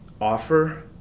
offer